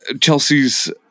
Chelsea's